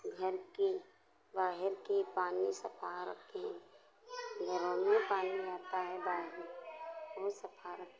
घर की बाहर की पानी साफ रखें घरों में पानी आता है बाहर को साफ रखें